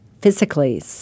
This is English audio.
physically